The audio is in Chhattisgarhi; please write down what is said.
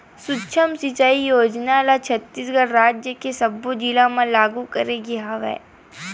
सुक्ष्म सिचई योजना ल छत्तीसगढ़ राज के सब्बो जिला म लागू करे गे हवय